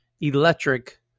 electric